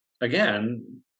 again